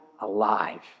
alive